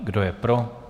Kdo je pro?